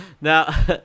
Now